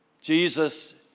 Jesus